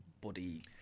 body